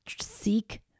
seek